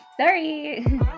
sorry